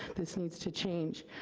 this needs to change.